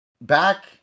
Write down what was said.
back